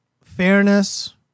fairness